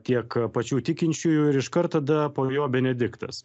tiek pačių tikinčiųjų ir iškart tada po jo benediktas